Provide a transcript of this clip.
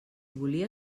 volia